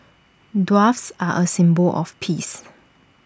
doves are A symbol of peace